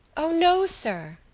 o no, sir!